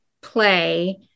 play